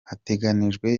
hateganijwe